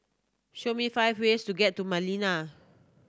show me five ways to get to Manila